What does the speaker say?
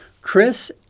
Chris